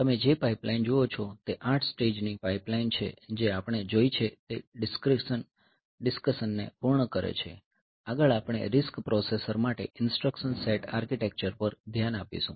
તમે જે પાઇપલાઇન જુઓ છો તે 8 સ્ટેજ ની પાઇપલાઇન છે જે આપણે જોઈ છે તે ડિસ્કસન ને પૂર્ણ કરે છે આગળ આપણે RISC પ્રોસેસર માટે ઇન્સટ્રકશન સેટ આર્કિટેક્ચર પર ધ્યાન આપીશું